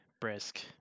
Brisk